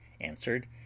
answered